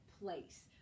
place